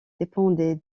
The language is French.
dépendait